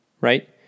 right